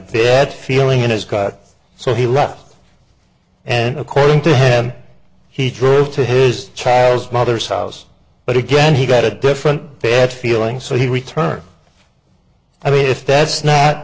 bad feeling in his gut so he left and according to him he drove to his chores mother's house but again he got a different bad feeling so he returned i mean if that's not